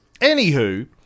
Anywho